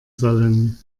sollen